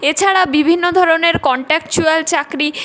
এছাড়া বিভিন্ন ধরনের কন্ট্যাকচুয়াল চাকরি